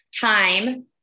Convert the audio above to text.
time